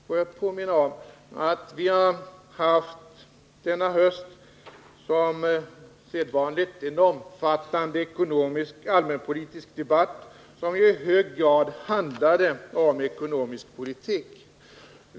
Får jag påminna om att vi denna höst som vanligt har haft en omfattande allmänpolitisk debatt, som i hög grad handlade om ekonomisk politik.